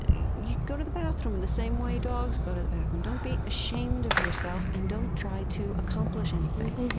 yeah go to the bathroom in the same way dogs go to the bathroom. don't be ashamed of yourself and don't try to accomplish anything.